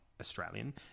Australian